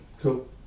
Cool